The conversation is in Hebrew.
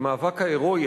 המאבק ההירואי,